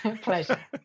pleasure